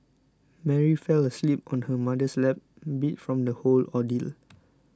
Mary fell asleep on her mother's lap beat from the whole ordeal